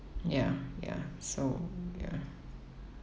ya ya so ya